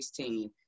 2016